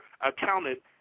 accounted